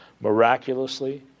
Miraculously